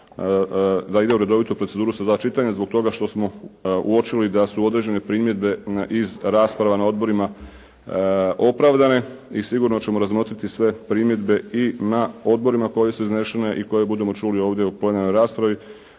da ide u redovitu proceduru sa dva čitanja zbog toga što smo uočili da su određene primjedbe na niz rasprava na odborima opravdane i sigurno ćemo razmotriti sve primjedbe i na odborima koji su iznesene i koje budemo čuli ovdje u pojedinoj raspravi